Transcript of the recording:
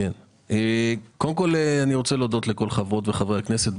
קודם כל אני מודה לכל חברות וחברי הכנסת.